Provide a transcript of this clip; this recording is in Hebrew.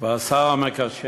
מנחם אליעזר מוזס: